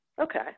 Okay